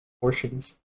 Portions